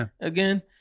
again